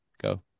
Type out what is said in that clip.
go